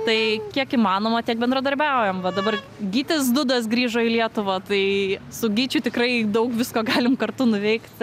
tai kiek įmanoma tiek bendradarbiaujam va dabar gytis dudas grįžo į lietuvą tai su gyčiu tikrai daug visko galim kartu nuveikti